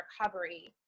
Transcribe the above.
recovery